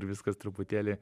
ir viskas truputėlį